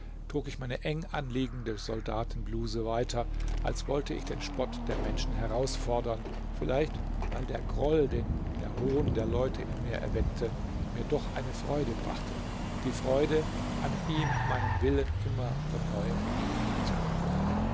trug ich meine enganliegende soldatenbluse weiter als wollte ich den spott der menschen herausfordern vielleicht weil der groll den der hohn der leute in mir erweckte mir doch eine freude brachte die freude an ihm meinen willen immer von neuem anfachen zu können